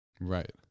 Right